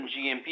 GMP